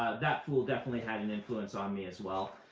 that fool definitely had an influence on me as well.